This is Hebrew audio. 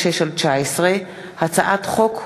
פ/2186/19 וכלה בהצעת חוק פ/2213/19,